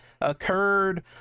occurred